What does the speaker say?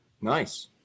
Nice